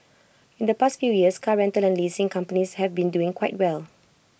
in the past few years car rental and leasing companies have been doing quite well